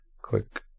click